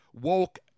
woke